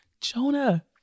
Jonah